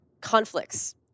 conflicts